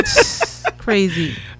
Crazy